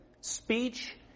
speech